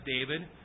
David